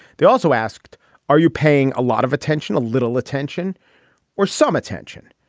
they also asked are you paying a lot of attention a little attention or some attention